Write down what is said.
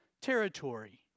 territory